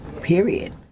period